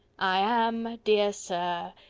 i am, dear sir,